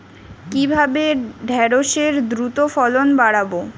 কিভাবে ঢেঁড়সের দ্রুত ফলন বাড়াব?